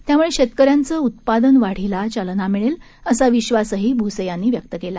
यामुळे शेतकऱ्यांचे उत्पादन वाढीस चालना मिळेल असा विश्वासही भुसे यांनी व्यक्त केला